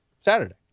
Saturday